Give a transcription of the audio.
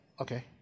Okay